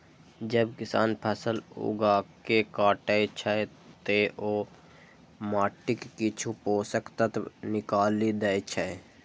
जब किसान फसल उगाके काटै छै, ते ओ माटिक किछु पोषक तत्व निकालि दै छै